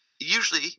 usually